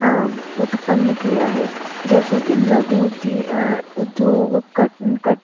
उत्पन्न किया है जैसे की लघु उधी उद्योग